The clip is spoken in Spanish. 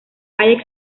hay